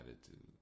attitude